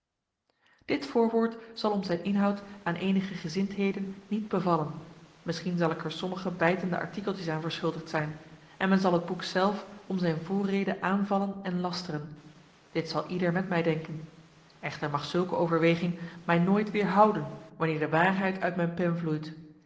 dit voorwoord zal om zijn inhoud aan enige gezindheden niet bevallen misschien zal ik er sommige bijtende artikeltjes aan verschuldigd zijn en men zal het boek zelf om zijn voorrede aanvallen en lasteren dit zal ieder met mij denken echter mag zulke overweging mij nooit weerhouden wanneer de waarheid uit mijn pen vloeit